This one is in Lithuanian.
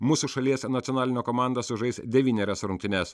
mūsų šalies nacionalinė komanda sužais devynerias rungtynes